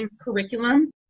curriculum